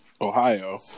Ohio